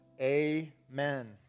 Amen